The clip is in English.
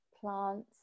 plants